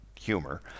humor